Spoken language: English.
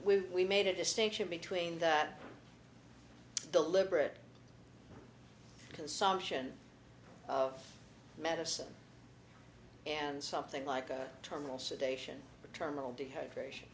we made a distinction between that deliberate consumption of medicine and something like a terminal sedation or terminal dehydrat